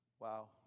Wow